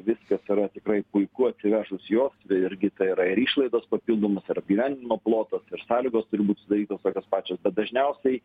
viskas yra tikrai puiku atsivežus juos irgi tai yra ir išlaidos papildomos ir apgyvendinimo plotas ir sąlygos turi būt sudarytos tokios pačios bet dažniausiai